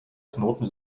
knoten